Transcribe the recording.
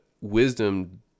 wisdom